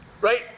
right